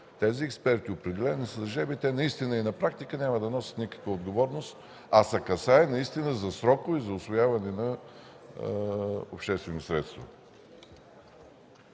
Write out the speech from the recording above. тези експерти, определени с жребий, наистина на практика няма да носят никаква отговорност, а се касае за срокове за усвояване на обществени средства.